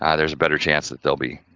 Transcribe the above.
ah there's a better chance that they'll be,